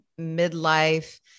midlife